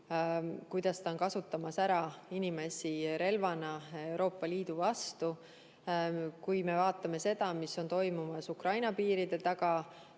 kuidas ta on kasutamas inimesi relvana Euroopa Liidu vastu, või kui me vaatame seda, mis on toimumas Ukraina piiride taga,